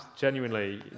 genuinely